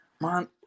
man